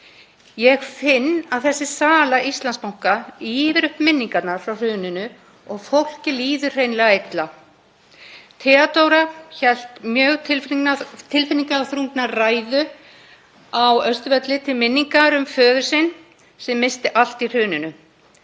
Ég finn að sala Íslandsbanka ýfir upp minningarnar frá hruninu og fólki líður hreinlega illa. Theodóra S. Þorsteinsdóttir hélt mjög tilfinningaþrungna ræðu á Austurvelli til minningar um föður sinn sem missti allt í hruninu.